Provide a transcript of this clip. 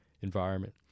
environment